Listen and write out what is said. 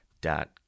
dot